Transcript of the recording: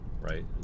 right